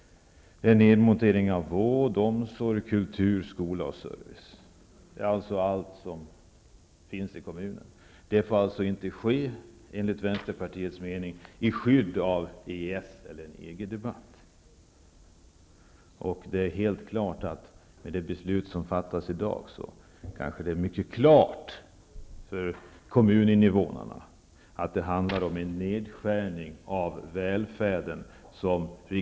Denna nedmontering av vård, omsorg, kultur, skola och service, alltså allt som finns i kommunerna, får enligt Vänsterpartiets mening inte ske i skydd av en EES eller EG-debatt. I och med det beslut som fattas i dag kanske det blir mycket klart för kommuninvånarna att det handlar om en nedskärning av välfärden.